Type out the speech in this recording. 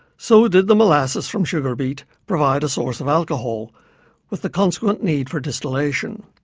so did the molasses from sugar beet provide a source of alcohol with the consequent need for distillation.